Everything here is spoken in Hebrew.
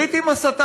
ברית עם השטן.